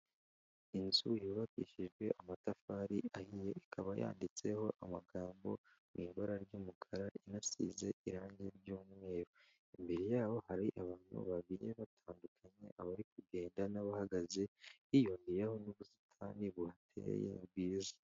Inzu yubakishijwe amatafari ahinye ikaba yanditseho amagambo mu ibara ry'umukara, inasize irangi ry'umweru, imbere yaho hari abantu babiri batandukanye, abari kugenda n'abahagaze hiyongeyeho n'ubusitani buhateye bwiza.